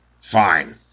fine